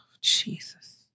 Jesus